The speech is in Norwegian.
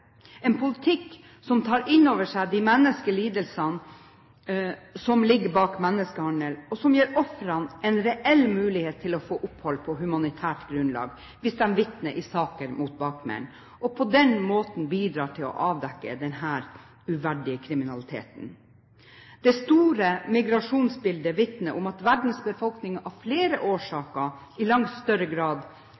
en politikk som tar inn over seg de menneskelige lidelsene som ligger bak menneskehandel, og som gir ofrene en reell mulighet til å få opphold på humanitært grunnlag hvis de vitner i saker mot bakmenn og på den måten bidrar til å avdekke denne uverdige kriminaliteten. Det store migrasjonsbildet vitner om at verdens befolkning av flere